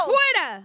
Fuera